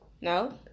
no